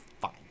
fine